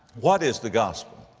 what is the gospel?